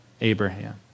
Abraham